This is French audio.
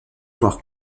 voire